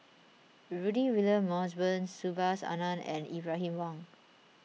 Rudy William Mosbergen Subhas Anandan and Ibrahim Awang